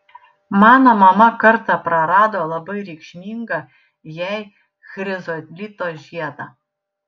mano mama kartą prarado labai reikšmingą jai chrizolito žiedą